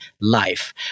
life